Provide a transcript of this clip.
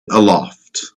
aloft